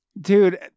Dude